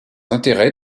intérêts